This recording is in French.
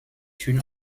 une